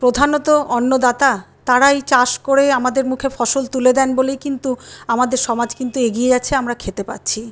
প্রধানত অন্নদাতা তারাই চাষ করে আমাদের মুখে ফসল তুলে দেন বলেই কিন্তু আমাদের সমাজ কিন্তু এগিয়ে যাচ্ছে আমরা খেতে পাচ্ছি